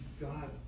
God